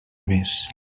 més